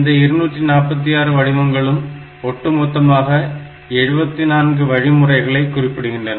இந்த 246 வடிவங்களும் ஒட்டுமொத்தமாக 74 வழிமுறைகளை குறிப்பிடுகின்றன